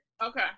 okay